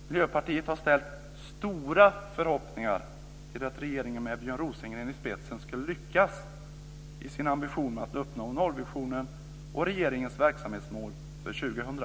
Miljöpartiet har ställt stora förhoppningar till att regeringen med Björn Rosengren i spetsen skulle lyckas i sin ambition med att uppnå nollvisionen och regeringens verksamhetsmål för 2000.